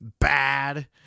Bad